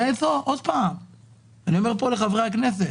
אני אומר פה לחברי הכנסת,